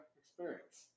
experience